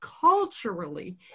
culturally